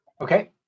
Okay